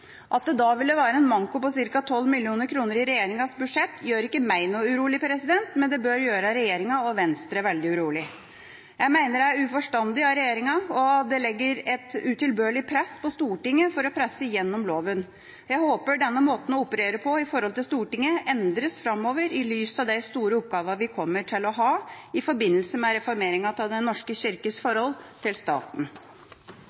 At det da ville være en manko på ca. 12 mill. kr i regjeringas budsjett, gjør ikke meg noe urolig, men det bør gjøre regjeringa og Venstre veldig urolig. Jeg mener det er uforstandig av regjeringa, og det legger et utilbørlig press på Stortinget for å presse gjennom loven. Jeg håper denne måten å operere på overfor Stortinget endres framover i lys av de store oppgavene vi kommer til å ha i forbindelse med reformeringen av Den norske kirkes forhold til staten.